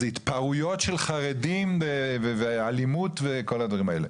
זה התפרעויות של חרדים ואלימות וכל הדברים האלה.